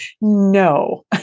No